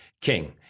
king